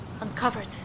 Uncovered